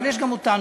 אבל יש גם אותנו.